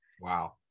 Wow